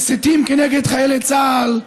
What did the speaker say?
מסיתים כנגד חיילי צה"ל,